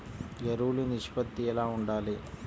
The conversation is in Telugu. ఎరువులు నిష్పత్తి ఎలా ఉండాలి?